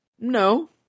no